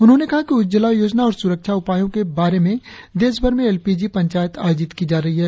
उन्होंने कहा कि उज्ज्वला योजना और सुरक्षा उपायों के बारे में देश भर में एलपीजी पंचायत आयोजित की जा रही हैं